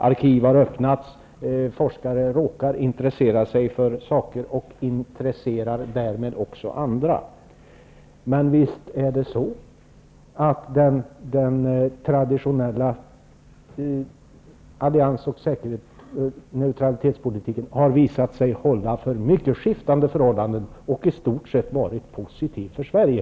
Arkiv har öppnats, forskare råkar intressera sig för saker, och intresserar därmed också andra. Men visst har den traditionella neutralitetspolitiken visat sig hålla för mycket skiftande förhållanden, och den har i stort sett varit positiv för Sverige.